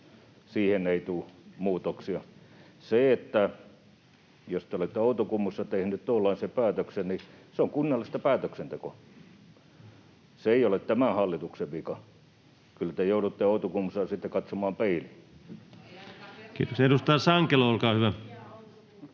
Siihen ei tule muutoksia. Jos te olette Outokummussa tehneet tuollaisen päätöksen, niin se on kunnallista päätöksentekoa. Se ei ole tämän hallituksen vika. Kyllä te joudutte Outokummussa sitten katsomaan peiliin. Kiitoksia. — Edustaja Sankelo, olkaa hyvä.